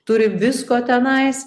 turi visko tenais